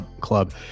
Club